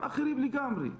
הם אחרים לגמרי.